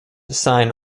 assign